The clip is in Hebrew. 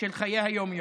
של חיי היום-יום,